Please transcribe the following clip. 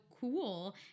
cool